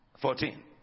Fourteen